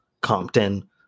Compton